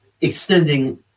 extending